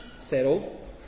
Settle